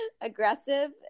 aggressive